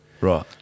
Right